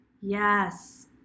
Yes